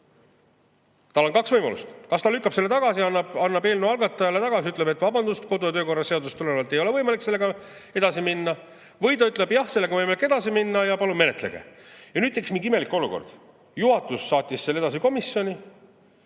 Tal on kaks võimalust: kas ta lükkab selle tagasi, annab eelnõu algatajale tagasi, ütleb, et vabandust, kodu‑ ja töökorra seadusest tulenevalt ei ole võimalik sellega edasi minna, või ta ütleb, jah, sellega võime edasi minna ja palun menetlege. Nüüd tekkis mingi imelik olukord. Juhatus saatis selle edasi komisjoni.